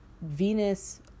Venus